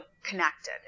connected